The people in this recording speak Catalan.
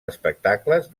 espectacles